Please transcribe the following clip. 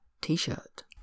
T-shirt